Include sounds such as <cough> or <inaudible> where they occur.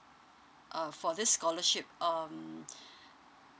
uh for this scholarship um <breath>